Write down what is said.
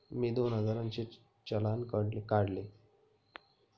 मी दोन हजारांचे चलान काढले